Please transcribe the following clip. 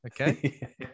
Okay